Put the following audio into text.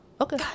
Okay